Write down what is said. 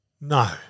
No